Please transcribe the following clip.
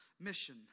mission